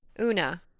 Una